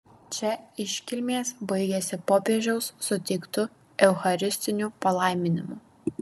čia iškilmės baigėsi popiežiaus suteiktu eucharistiniu palaiminimu